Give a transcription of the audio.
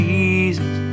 Jesus